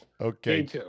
Okay